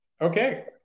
Okay